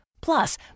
Plus